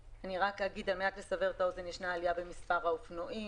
אני רק אגיד שישנה עלייה במספר האופנועים,